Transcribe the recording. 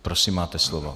Prosím, máte slovo.